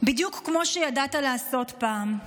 בדיוק כמו שידעת לעשות פעם,